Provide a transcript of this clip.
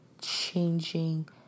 changing